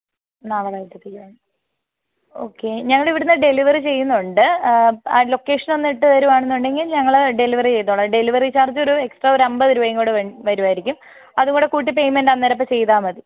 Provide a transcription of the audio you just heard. നാളെ വൈകിട്ടത്തേക്കാണ് ഓക്കേ ഞാനിവിടെന്ന് ഡെലിവറി ചെയ്യുന്നുണ്ട് ആ ലൊക്കേഷൻ ഒന്ന് ഇട്ടു തരുവാണെന്നുണ്ടെങ്കിൽ ഞങ്ങൾ ഡെലിവറി ചെയ്തോളാം ഡെലിവറി ചാർജ് ഒരു എക്സ്ട്രാ ഒരു അൻപത് രൂപയും കൂടെ വരുവായിരിക്കും അതും കൂടെ കൂട്ടി പെയ്മെൻ്റ് അന്നേരത്തെ ചെയ്താൽ മതി